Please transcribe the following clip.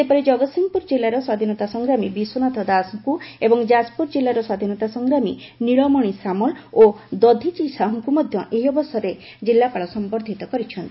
ସେହିପରି ଜଗତ୍ସିଂହପୁର ଜିଲ୍ଲାର ସ୍ୱାଧୀନତା ସଂଗ୍ରାମ ବିଶ୍ୱନାଥ ଦାସଙ୍କୁ ଏବଂ ଯାଜପୁର ଜିଲ୍ଲାର ସ୍ୱାଧୀନତା ସଂଗ୍ରାମୀ ନୀଳମଶି ସାମଲ୍ ଓ ଦଧିଚି ସାହୁଙ୍କୁ ମଧ୍ୟ ଜିଲ୍ଲାପାଳ ସମ୍ୟର୍ଦ୍ଧିତ କରିଛନ୍ତି